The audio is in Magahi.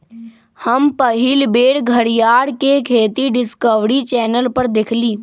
हम पहिल बेर घरीयार के खेती डिस्कवरी चैनल पर देखली